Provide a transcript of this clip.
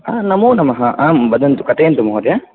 हा नमो नमः आम् वदन्तु कथयन्तु महोदय